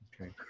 Okay